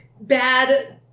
bad